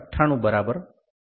02 મીમી